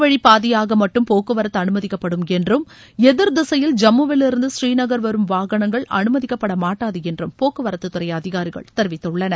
வழிப்பாதையாக மட்டும் போக்குவரத்து அனுமதிக்கப்படும் என்றும் எதிர்த்திசையில் ஒரு ஜம்முவிலிருந்து ஸ்ரீநகர் வரும் வாகனங்கள் அனுமதிக்கப்படாது என்றும் போக்குவரத்துத்துறை அதிகாரிகள் தெரிவித்துள்ளனர்